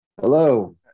Hello